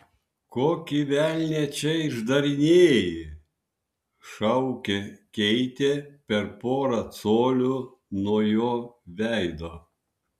kokį velnią čia išdarinėji šaukė keitė per porą colių nuo jo veido